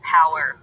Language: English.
power